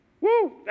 Woo